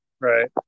Right